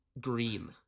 green